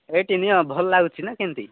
ହେଇଟି ନିଅ ଭଲ ଲାଗୁଛି ନାଁ କେମିତି